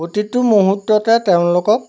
প্ৰতিটো মুহূৰ্ততে তেওঁলোকক